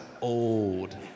old